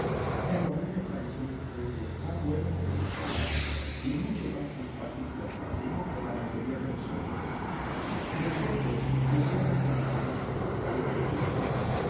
pero a mí me pareció míster elliot tan bueno como los demás y mucho más simpático y atractivo que la mayoría de los hombres nosotros vivíamos en la ciudad con bastante holgura